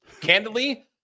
Candidly